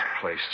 place